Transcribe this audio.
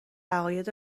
عقاید